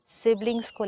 siblings